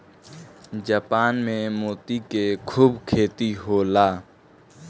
Japan में मोती के खूब खेती होला